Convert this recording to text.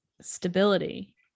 Stability